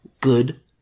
good